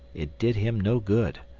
it did him no good.